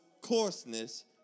coarseness